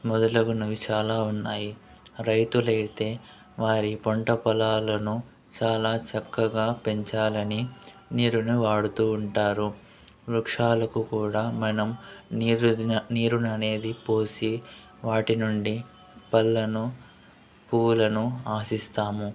మొదలగునవి చాలా ఉన్నాయి రైతులైతే వారి పంట పొలాలను చాలా చక్కగా పెంచాలని నీరుని వాడుతూ ఉంటారు వృక్షాలకు కూడా మనం నీరు నీరుననేది పోసి వాటి నుండి పళ్ళను పూలను ఆశిస్తాము